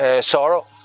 sorrow